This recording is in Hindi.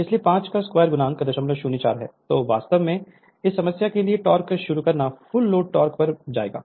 तो वास्तव में इस समस्या के लिए टोक़ शुरू करना फुल लोड टोक़ बन जाएगा